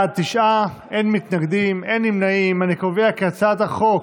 ההצעה להעביר את הצעת חוק